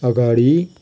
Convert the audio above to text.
अगाडि